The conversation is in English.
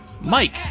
Mike